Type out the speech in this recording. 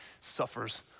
suffers